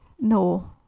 No